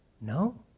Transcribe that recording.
No